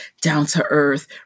down-to-earth